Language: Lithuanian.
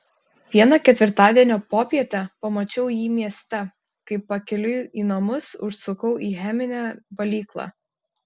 vieną ketvirtadienio popietę pamačiau jį mieste kai pakeliui į namus užsukau į cheminę valyklą